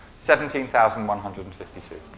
seventeen thousand one hundred and fifty two.